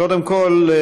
קודם כול,